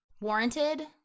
warranted